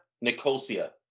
Nicosia